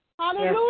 Hallelujah